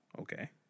Okay